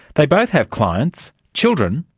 they both have clients, children,